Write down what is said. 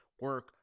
Work